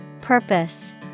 Purpose